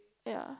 yeah